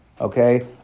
Okay